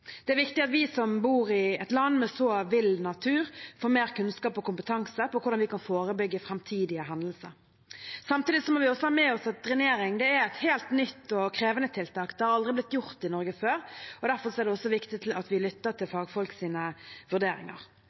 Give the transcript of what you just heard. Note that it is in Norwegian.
Det er viktig at vi som bor i et land med så vill natur, får mer kunnskap og kompetanse om hvordan vi kan forebygge framtidige hendelser. Samtidig må vi også ha med oss at drenering er et helt nytt og krevende tiltak. Det er aldri blitt gjort i Norge før, og derfor er det også viktig at vi lytter til fagfolkenes vurderinger.